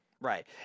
Right